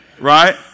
Right